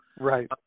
Right